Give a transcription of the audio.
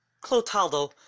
Clotaldo